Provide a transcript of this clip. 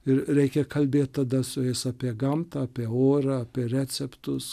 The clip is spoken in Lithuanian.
ir reikia kalbėt tada su jais apie gamtą apie orą apie receptus